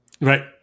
right